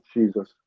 Jesus